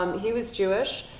um he was jewish.